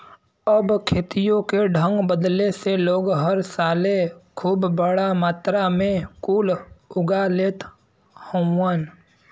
अब खेतियों के ढंग बदले से लोग हर साले खूब बड़ा मात्रा मे कुल उगा लेत हउवन